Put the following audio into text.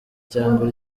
cyangwa